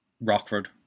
Rockford